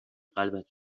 قلبت